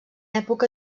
època